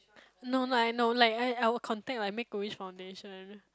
no no I no like I I will contact like make a wish foundation